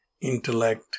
intellect